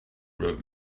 wrote